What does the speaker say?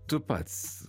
tu pats